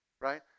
right